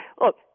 look